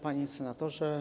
Panie Senatorze!